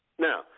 Now